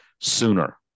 sooner